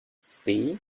see